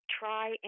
try